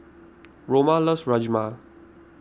Roma loves Rajma